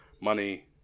money